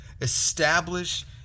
establish